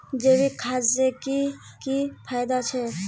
जैविक खाद से की की फायदा छे?